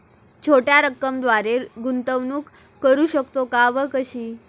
छोट्या रकमेद्वारे गुंतवणूक करू शकतो का व कशी?